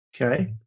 Okay